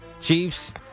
Chiefs